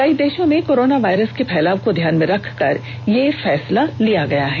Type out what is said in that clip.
कई देशों में कोरोना वायरस के फैलाव को ध्यान में रखकर यह फैसला किया गया है